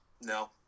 No